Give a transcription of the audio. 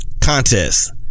Contest